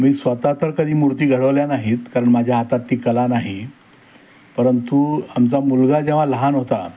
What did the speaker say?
मी स्वतः तर कधी मूर्ती घडवल्या नाहीत कारण माझ्या हातात ती कला नाही परंतु आमचा मुलगा जेव्हा लहान होता